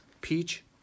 peach